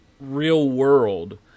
real-world